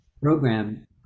program